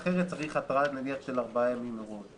אחרת צריך התראה נניח של ארבעה ימים מראש.